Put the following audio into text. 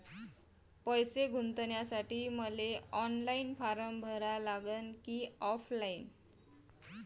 पैसे गुंतन्यासाठी मले ऑनलाईन फारम भरा लागन की ऑफलाईन?